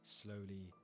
slowly